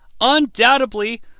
Undoubtedly